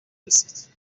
رسید